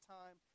time